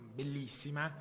bellissima